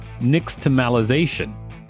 nixtamalization